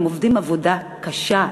הם עובדים עבודה קשה,